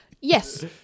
yes